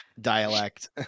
dialect